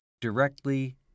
directly